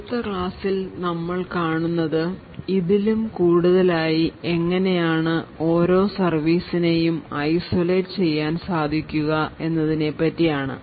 അടുത്ത ക്ലാസ്സിൽ നമ്മൾ കാണുന്നത് ഇതിലും കൂടുതലായി എങ്ങനെയാണ് ഓരോ സർവീസിനെ യും ഐസൊലേറ്റ് ചെയ്യാൻ സാധിക്കുക എന്നതിനെപ്പറ്റി ആണ്